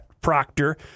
proctor